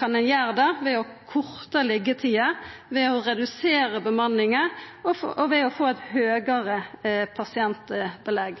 kan ein gjera det ved å korta liggjetida ved å redusera bemanninga og ved å få eit høgare pasientbelegg.